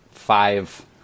five